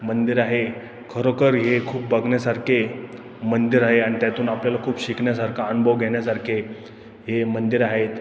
मंदिर आहे खरोखर हे खूप बघण्यासारखे मंदिर आहे आणि त्यातून आपल्याला खूप शिकण्यासारखं अनुभव घेण्यासारखे हे मंदिरं आहेत